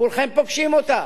כולכם פוגשים אותם,